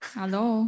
hello